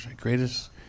greatest